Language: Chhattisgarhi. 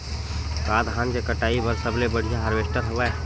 का धान के कटाई बर सबले बढ़िया हारवेस्टर हवय?